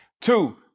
Two